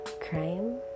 crime